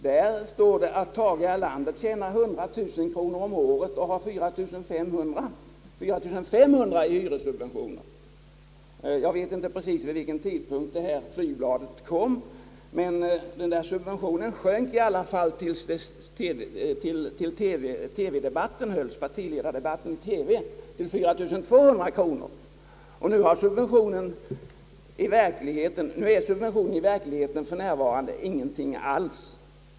Där står det att Tage Erlander tjänar 100 000 kronor om året och har 4 500 kronor i hyressubvention. Jag vet inte precis vid vilken tidpunkt detta flygblad utgavs, men subventionen sjönk i alla fall till 4 200 kronor i partiledardebatten i TV. I verkligheten existerar denna subvention för närvarande inte alls.